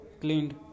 cleaned